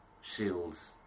shields